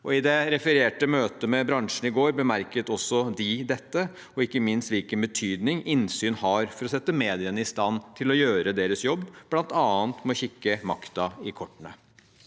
I det refererte møtet med bransjen i går bemerket også de dette, og ikke minst hvilken betydning innsyn har for å sette mediene i stand til å gjøre jobben sin, bl.a. med å kikke makten i kortene.